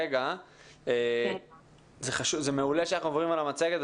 זה מעולה שאנחנו עוברים על המצגת.